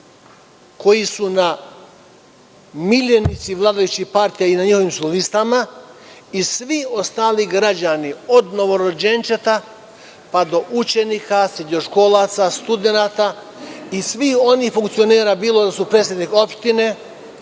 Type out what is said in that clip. koji su miljenici vladajućih partija i na njenim su listama i svi ostali građani, od novorođenčeta, pa do učenika srednjoškolaca, studenata i svi oni funkcioneri, bilo da su predsednici opštine,